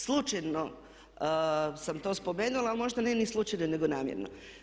Slučajno sam to spomenula, a možda ne ni slučajno nego namjerno.